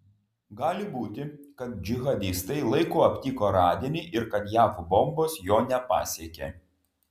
gali būti kad džihadistai laiku aptiko radinį ir kad jav bombos jo nepasiekė